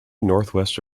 northwest